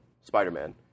Spider-Man